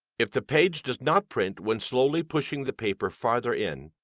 if the page does not print when slowly pushing the paper farther in,